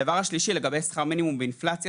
מה שעלה כאן לגבי שכר מינימום ואינפלציה,